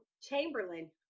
Chamberlain